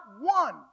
one